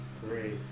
Great